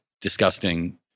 disgusting